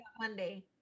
Monday